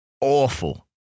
awful